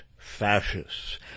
fascists